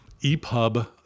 EPUB